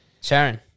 Sharon